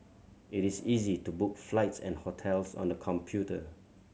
it is easy to book flights and hotels on the computer